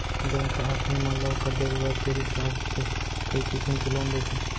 bank ह आदमी मन ल ओकर जरूरत के हिसाब से कई किसिम के लोन देथे